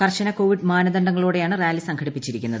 കർശന കോവിഡ് മാനദണ്ഡങ്ങളോടെയാണ് റാലി സംഘട്ടിപ്പിച്ചിരിക്കുന്നത്